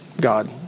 God